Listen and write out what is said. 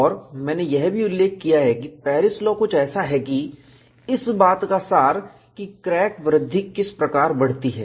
और मैंने यह भी उल्लेख किया है कि पेरिस लॉ कुछ ऐसा है कि इस बात का सार कि क्रैक वृद्धि किस प्रकार बढ़ती है